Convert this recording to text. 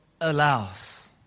allows